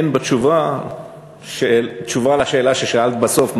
אין בתשובה תשובה על השאלה ששאלת בסוף,